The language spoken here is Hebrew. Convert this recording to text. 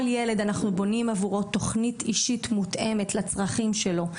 כל ילד אנחנו בונים עבורו תוכנית אישית מותאמת לצרכים שלו.